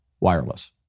wireless